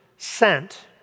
sent